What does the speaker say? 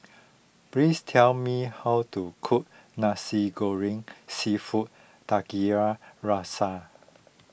please tell me how to cook Nasi Goreng Seafood Tiga Rasa